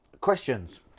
Questions